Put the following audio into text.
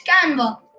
Canva